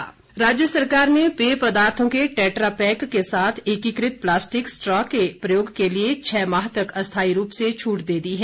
टैट्टा Pak राज्य सरकार ने पेय पदार्थो के टैट्रा पैक के साथ एकीकृत प्लास्टिक स्ट्रा के प्रयोग के लिए छः माह तक अस्थाई रूप से छूट दे दी है